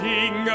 King